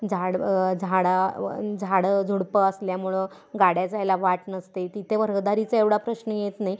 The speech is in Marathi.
झाड झाडा झाडंझुडपं असल्यामुळं गाड्या जायला वाट नसते तिथं रहदारीचा एवढा प्रश्न येत नाही